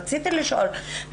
רציתי לשאול,